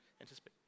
anticipate